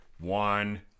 One